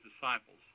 disciples